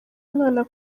umwana